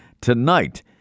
tonight